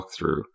walkthrough